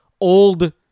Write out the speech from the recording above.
old